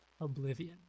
oblivion